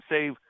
save